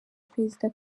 perezida